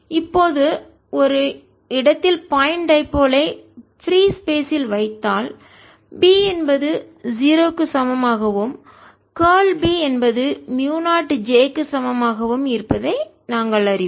இப்போது ஒரு இடத்தில் பாயிண்ட் டைபோல் ஐ புள்ளி இருமுனை பிரீ ஸ்பேஸ் இல் வைத்தால் B என்பது 0 க்கு சமமாகவும் கார்ல் B என்பது மியூ0 J க்கு சமமாகவும் இருப்பதை நாங்கள் அறிவோம்